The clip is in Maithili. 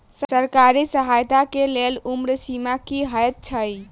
सरकारी सहायता केँ लेल उम्र सीमा की हएत छई?